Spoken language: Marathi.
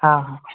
हां ह